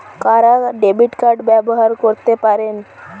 কারা debit card ব্যবহার করতে পারেন?